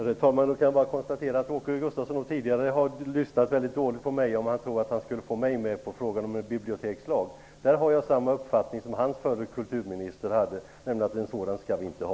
Herr talman! Jag kan bara konstatera att Åke Gustavsson tidigare har lyssnat väldigt dåligt på mig om han tror att han skulle få mig med på frågan om en bibliotekslag. Där har jag samma uppfattning som hans förre kulturminister, nämligen att en sådan skall vi inte ha.